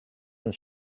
and